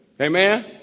Amen